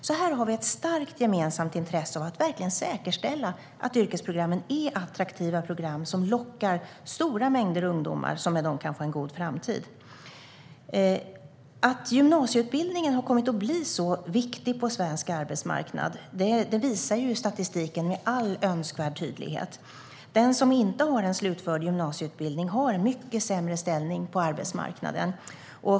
Här har vi alltså ett starkt gemensamt intresse av att verkligen säkerställa att yrkesprogrammen är attraktiva program som lockar stora mängder ungdomar som med dem kan få en god framtid. Att gymnasieutbildningen har kommit att bli så viktig på svensk arbetsmarknad visar statistiken med all önskvärd tydlighet. Den som inte har en slutförd gymnasieutbildning har en mycket sämre ställning på arbetsmarknaden.